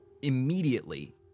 Immediately